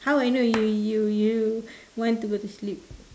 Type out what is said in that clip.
how I know you you you want to go to sleep